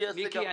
מיקי,